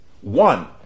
One